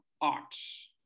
arts